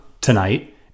tonight